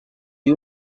you